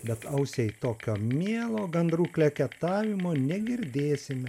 bet ausiai tokio mielo gandrų kleketavimo negirdėsime